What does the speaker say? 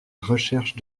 recherche